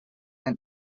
and